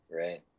right